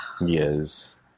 Yes